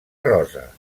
rosa